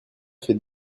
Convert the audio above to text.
fait